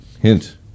Hint